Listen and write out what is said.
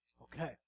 Okay